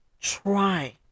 try